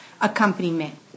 accompaniment